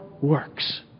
works